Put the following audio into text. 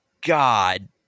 God